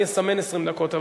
אני אסמן 20 דקות,